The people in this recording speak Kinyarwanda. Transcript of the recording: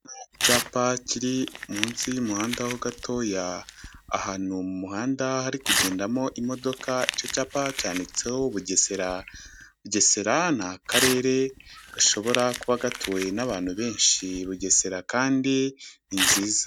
Icyapa kiri munsi y'umuhanda ho gatoya ahantu mu muhanda hari kugendamo imodoka, icyo cyapa cyanitseho Bugesera. Bugesera ni karere gashobora kuba gatuwe n'abantu benshi, Bugesera kandi ni nziza.